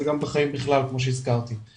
זה גם בחיים בכלל כמו שהזכרתי.